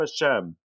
Hashem